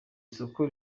isoko